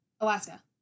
Alaska